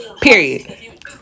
Period